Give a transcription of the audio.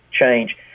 change